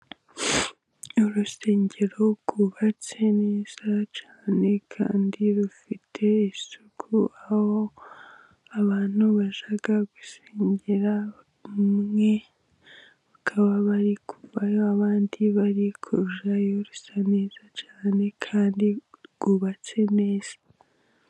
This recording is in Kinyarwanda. Urusengero rwubatse neza cyane kandi rufite isuku, aho abantu bashaka gusengera, bamwe bakaba bari kuvayo, abandi bari kurujyayo, rusa neza cyane kandi bwubatse neza.